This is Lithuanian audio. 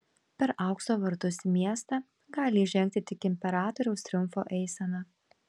per aukso vartus į miestą gali įžengti tik imperatoriaus triumfo eisena